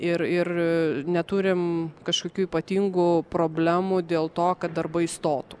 ir ir neturim kažkokių ypatingų problemų dėl to kad darbai stotų